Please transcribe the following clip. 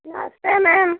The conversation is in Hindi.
नमस्ते मैम